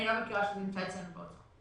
אני לא מכירה שזה נמצא אצלנו באוצר.